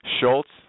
Schultz